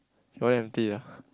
your one empty ah